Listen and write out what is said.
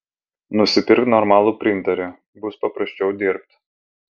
nusipirk normalų printerį bus paprasčiau dirbt